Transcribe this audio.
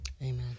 Amen